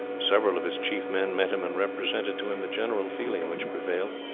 several of his chief men met him and represented to him the general feeling which prevailed.